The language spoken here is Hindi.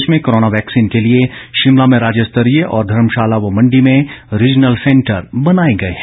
प्रदेश में कोरोना वैक्सीन के लिए शिमला में राज्य स्तरीय और धर्मशाला व मंडी में रीजनल सैंटर बनाए गए हैं